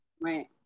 Right